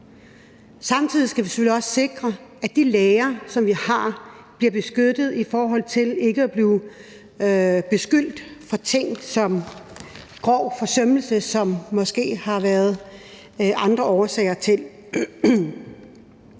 Samtidig skal vi selvfølgelig også sikre, at de læger, som vi har, bliver beskyttet mod at blive beskyldt for ting som grov forsømmelse, som der måske har været andre årsager til.